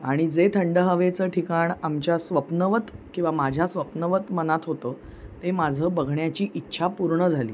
आणि जे थंड हवेचं ठिकाण आमच्या स्वप्नवत किंवा माझ्या स्वप्नवत मनात होतं ते माझं बघण्याची इच्छा पूर्ण झाली